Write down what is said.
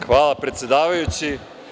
Hvala predsedavajući.